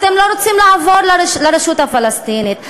אתם לא רוצים לעבור לרשות הפלסטינית.